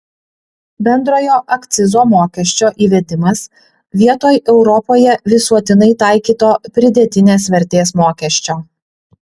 bendrojo akcizo mokesčio įvedimas vietoj europoje visuotinai taikyto pridėtinės vertės mokesčio